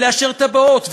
ולאשר תב"עות,